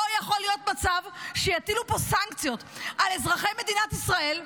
לא יכול להיות מצב שיטילו פה סנקציות על אזרחי מדינת ישראל,